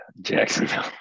Jacksonville